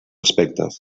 aspectes